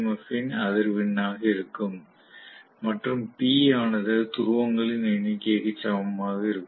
F இன் அதிர்வெண்ணாக இருக்கும் மற்றும் p ஆனது துருவங்களின் எண்ணிக்கைக்கு சமமாக இருக்கும்